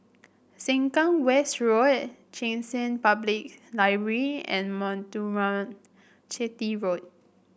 Sengkang West Road Cheng San Public Library and Muthuraman Chetty Road